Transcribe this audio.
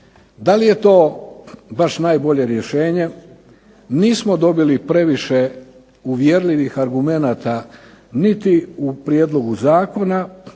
Da li je to baš najbolje rješenje? Nismo dobili previše uvjerljivih argumenata niti u prijedlogu zakona